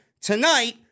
tonight